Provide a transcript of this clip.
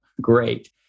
great